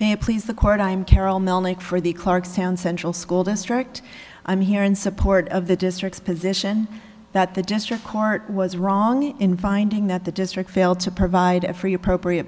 there please the court i'm carol melnyk for the clarkstown central school district i'm here in support of the district's position that the district court was wrong in finding that the district failed to provide a free appropriate